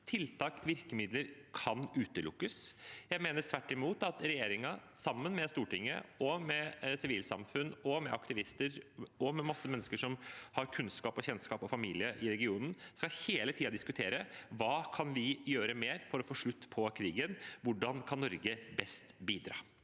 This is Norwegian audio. tiltak eller virkemidler kan utelukkes. Jeg mener tvert imot at regjeringen – sammen med Stortinget, sivilsamfunn, aktivister og mange mennesker som har kunnskap om, kjennskap til og familie i regionen – hele tiden skal diskutere hva mer vi kan gjøre for å få slutt på krigen, hvordan Norge best kan